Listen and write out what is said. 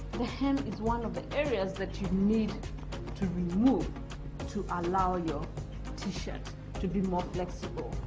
the hem is one of the areas that you need to remove to allow your t-shirt to be more flexible.